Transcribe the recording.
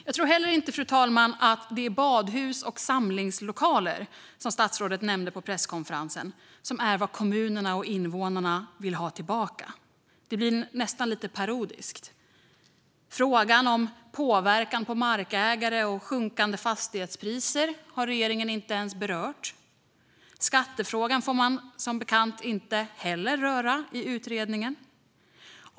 Jag tror inte heller, fru talman, att det är badhus och samlingslokaler, som statsrådet nämnde på presskonferensen, som är vad kommunerna och invånarna vill ha tillbaka. Det blir nästan lite parodiskt. Frågan om påverkan på markägare och sjunkande fastighetspriser har regeringen inte ens berört. Skattefrågan får man som bekant inte heller röra i utredningen.